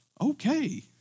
okay